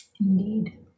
Indeed